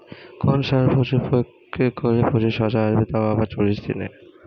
কোন সার প্রয়োগ করলে প্রচুর শশা আসবে তাও আবার চল্লিশ দিনে?